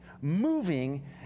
moving